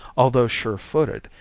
although sure footed,